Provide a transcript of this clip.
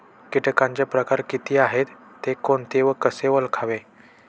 किटकांचे प्रकार किती आहेत, ते कोणते व कसे ओळखावे?